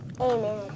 Amen